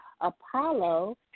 Apollo